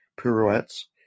pirouettes